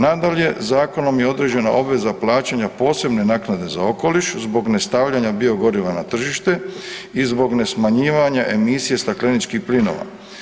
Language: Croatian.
Nadalje, zakonom je određena obveza plaćanja posebne naknade za okoliš zbog nestavljanja biogoriva na tržište i zbog nesmanjivanja emisije stakleničkih plinova.